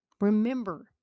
Remember